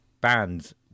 bands